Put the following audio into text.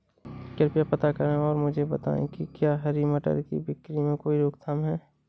कृपया पता करें और मुझे बताएं कि क्या हरी मटर की बिक्री में कोई रोकथाम है?